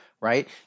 right